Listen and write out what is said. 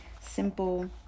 simple